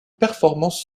performances